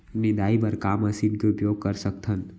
निंदाई बर का मशीन के उपयोग कर सकथन?